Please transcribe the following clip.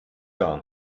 gar